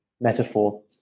metaphor